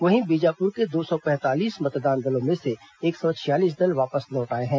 वहीं बीजापुर के दो सौ पैंतालीस मतदान दलों में से एक सौ छियालीस दल वापस लौट आए हैं